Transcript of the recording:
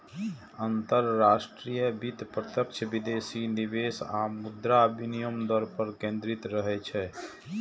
अंतरराष्ट्रीय वित्त प्रत्यक्ष विदेशी निवेश आ मुद्रा विनिमय दर पर केंद्रित रहै छै